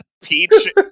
peach